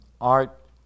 Art